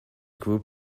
group